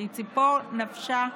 שהיא ציפור נפשה,